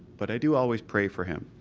but i do always pray for him.